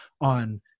on